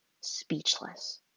speechless